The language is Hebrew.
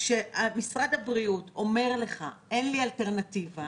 כשמשרד הבריאות אומר לך שאין לו אלטרנטיבה